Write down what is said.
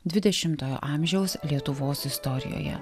dvidešimtojo amžiaus lietuvos istorijoje